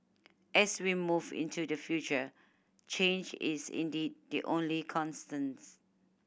as we move into the future change is indeed the only constants